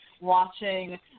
watching